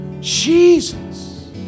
Jesus